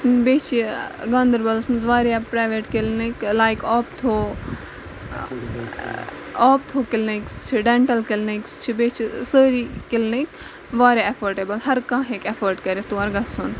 بیٚیہِ چھِ گاندَربَلَس منٛز واریاہ private clinic like ophtho ophtho clinics چھِ ڈٮ۪نٹَل کِلنِکس چھِ بیٚیہِ چھِ سٲری کِلنِک واریاہ اٮ۪فٲٹیبٕل ہرکانٛہہ ہیٚکہِ اٮ۪فٲٹ کٔرِتھ تور گژھُن